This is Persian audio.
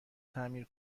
تعمیر